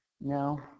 no